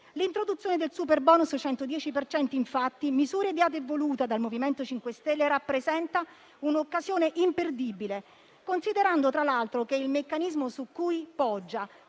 L'introduzione del superbonus del 110 per cento infatti, misura ideata e voluta dal MoVimento 5 Stelle, rappresenta un'occasione imperdibile, considerando tra l'altro che il meccanismo su cui poggia,